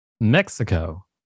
Mexico